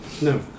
No